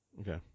Okay